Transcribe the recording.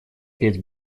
петь